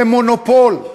הם מונופול.